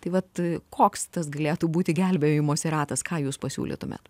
tai vat koks tas galėtų būti gelbėjimosi ratas ką jūs pasiūlytumėt